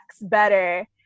better